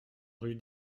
rue